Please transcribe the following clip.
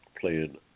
playing